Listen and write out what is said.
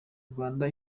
rwanda